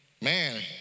man